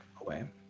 away